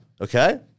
Okay